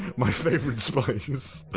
my favorite spice!